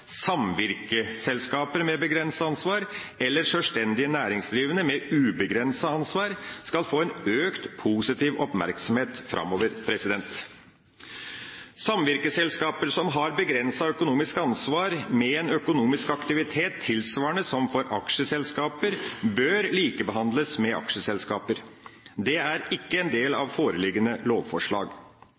samvirkeselskaper med begrenset ansvar eller sjølstendige næringsdrivende med ubegrenset ansvar, skal få en økt positiv oppmerksomhet framover. Samvirkeselskaper som har begrenset økonomisk ansvar, med en økonomisk aktivitet tilsvarende som for aksjeselskaper, bør likebehandles med aksjeselskaper. Det er ikke en del av foreliggende lovforslag.